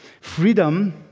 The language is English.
Freedom